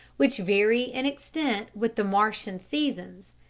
which vary in extent with the martian seasons,